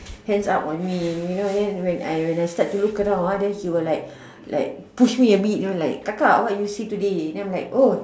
hands up on me you know then when I when I start to look around uh then he will like like push me a bit like kakak what you see today then I'm like oh